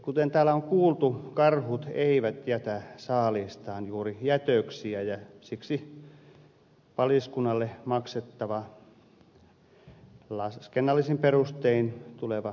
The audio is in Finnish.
kuten täällä on kuultu karhut eivät jätä saaliistaan juuri jätöksiä ja siksi paliskunnalle maksetaan laskennallisin perustein tuleva vasahävikkikorvaus